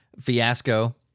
fiasco